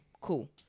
Cool